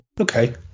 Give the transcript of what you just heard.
Okay